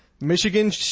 michigan